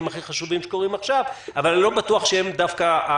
הכי חשובים שקורים עכשיו אבל אני לא בטוח שהם המורשת